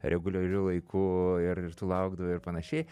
reguliariu laiku ir ir tu laukdavai ir panašiai